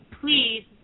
please